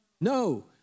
No